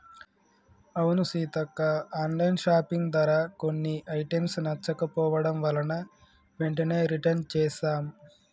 అవును Seethakka online shopping ధర కొన్ని ఐటమ్స్ నచ్చకపోవడం వలన వెంటనే రిటన్ చేసాం